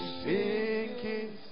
sinking